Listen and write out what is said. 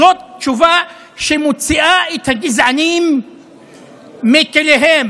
זאת תשובה שמוציאה את הגזענים מכליהם,